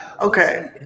Okay